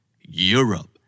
Europe